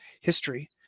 history